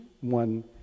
one